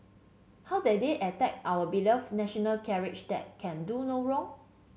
how dare they attack our beloved national carrier that can do no wrong